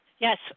Yes